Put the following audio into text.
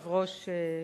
אדוני היושב-ראש,